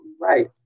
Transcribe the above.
right